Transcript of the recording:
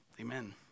Amen